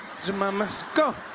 zuma must go!